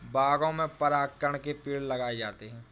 बागों में परागकण के पेड़ लगाए जाते हैं